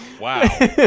Wow